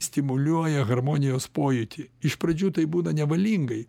stimuliuoja harmonijos pojūtį iš pradžių tai būna nevalingai